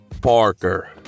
Parker